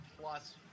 plus